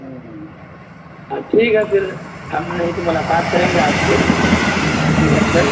ہممم آ ٹھیک ہے پھر ہم نہیں تو ملاقات کریں گے کسی وقت تک